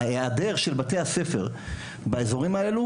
אני מוכרח לומר שהיעדרותם של בתי הספר מהאזורים האלה